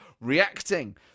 Reacting